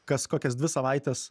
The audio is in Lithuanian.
kas kokias dvi savaites